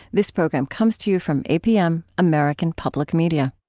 this program comes to you from apm, american public media